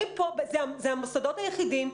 זה המוסדות היחידים,